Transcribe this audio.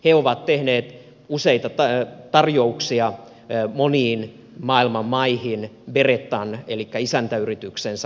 he ovat tehneet useita tarjouksia moniin maailman maihin berettan elikkä isäntäyrityksensä omistajayrityksensä nimissä